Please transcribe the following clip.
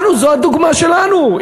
אנחנו, זו הדוגמה שלנו.